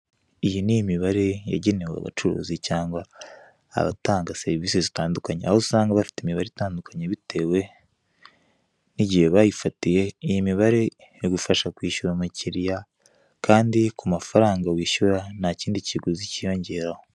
Iyi ni imibare yagenewe abacuruzi cyangwa abatanga serivise zitandukanye, aho usanga bafite imibare itandukanye bitewe n'igihe bayifatiye, iyi mibare igufasha kwishyura umukiliya kandi ku mafaranga wishyura ntakindi kiguzi cyiyongeraho.